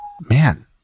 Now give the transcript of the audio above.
man